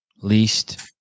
least –